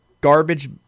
garbage